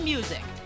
Music